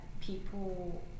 people